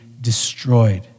destroyed